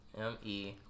M-E